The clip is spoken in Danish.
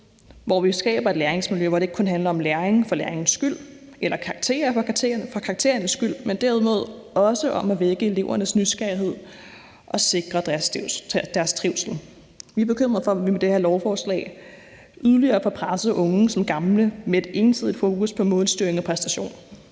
hvor vi skaber et læringsmiljø, hvor det ikke kun handler om læring for læringens skyld eller om karakterer for karakterernes skyld, men derimod også om at vække elevernes nysgerrighed og sikre deres trivsel. Vi er bekymrede for, at vi med det her lovforslag yderligere får presset unge som gamle med et ensidigt fokus på målstyring og præstation.